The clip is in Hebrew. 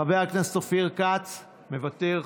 חבר הכנסת אופיר כץ מוותר,